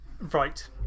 Right